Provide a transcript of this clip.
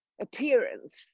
appearance